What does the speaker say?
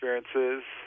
experiences